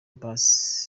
bus